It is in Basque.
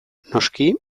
noski